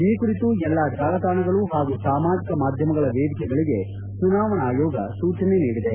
ಈ ಕುರಿತು ಎಲ್ಲಾ ಜಾಲತಾಣಗಳು ಹಾಗೂ ಸಾಮಾಜಿಕ ಮಾಧ್ಯಮಗಳ ವೇದಿಕೆಗಳಿಗೆ ಚುನಾವಣಾ ಆಯೋಗ ಸೂಚನೆ ನೀಡಿದೆ